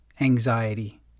Anxiety